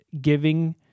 giving